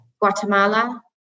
Guatemala